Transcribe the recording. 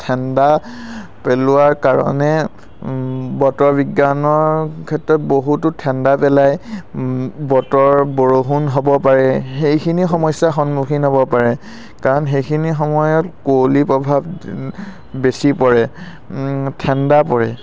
ঠাণ্ডা পেলোৱাৰ কাৰণে বতৰ বিজ্ঞানৰ ক্ষেত্ৰত বহুতো ঠাণ্ডা পেলায় বতৰ বৰষুণ হ'ব পাৰে সেইখিনি সমস্যাৰ সন্মুখীন হ'ব পাৰে কাৰণ সেইখিনি সময়ত কুঁৱলি প্ৰভাৱ বেছি পৰে ঠাণ্ডা পৰে